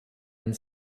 and